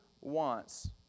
wants